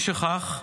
משכך,